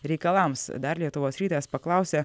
reikalams dar lietuvos rytas paklausė